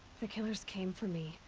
the killers came for me.